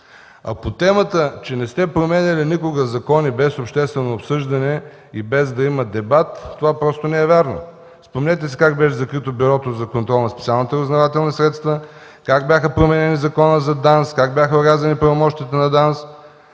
А по темата, че не сте променяли никога закони без обществено обсъждане и без да има дебат, това просто не е вярно. Спомнете си как беше закрито Бюрото за контрол на специалните разузнавателни средства, как беше променян закона за ДАНС, как бяха орязани правомощията на ДАНС.